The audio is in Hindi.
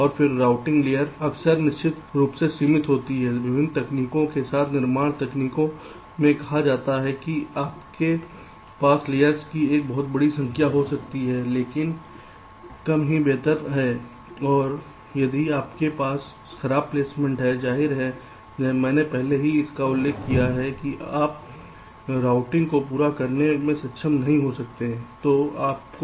और रूटिंग लेयर अक्सर निश्चित रूप से सीमित होती हैं विभिन्न तकनीकों के साथ निर्माण तकनीक में कहा जाता है कि आपके पास लेयर्स की बहुत बड़ी संख्या हो सकती है लेकिन कम ही बेहतर है और यदि आपके पास खराब प्लेसमेंट है जाहिर है मैंने पहले भी इसका उल्लेख किया है आप रूटिंग को पूरा करने में सक्षम नहीं हो सकते हैं